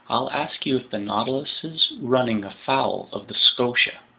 i'll ask you if the nautilus's running afoul of the scotia,